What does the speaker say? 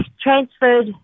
transferred